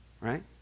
Right